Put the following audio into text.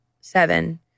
seven